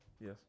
Yes